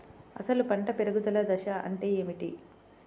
అసలు పంట పెరుగుదల దశ అంటే ఏమిటి?